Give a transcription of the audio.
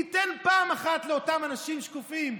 תיתן פעם אחת לאותם אנשים שקופים,